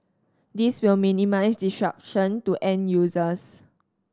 this will minimise disruption to end users